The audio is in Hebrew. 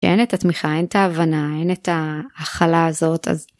אין את התמיכה, אין את ההבנה, אין את ההכלה הזאת. אז...